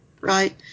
right